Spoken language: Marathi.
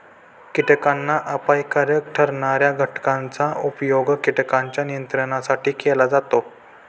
कीटकांना अपायकारक ठरणार्या घटकांचा उपयोग कीटकांच्या नियंत्रणासाठी केला जातो